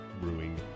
Brewing